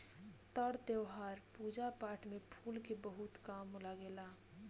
तर त्यौहार, पूजा पाठ में फूल के बहुत काम लागेला